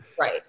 Right